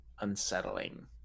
unsettling